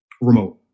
Remote